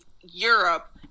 Europe